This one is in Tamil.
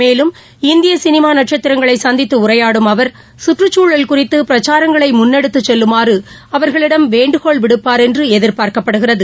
மேலும் இந்தியசினிமாநட்சத்திரங்களைசந்தித்துஉரையாடும் சுற்றுகுழல் குறித்துபிராச்சாரங்களைமுன்னெடுத்துசெல்லுமாறுஅவர்களிடம் விடுப்பார் என்றுஎதிர்பார்க்கப்படுகிறது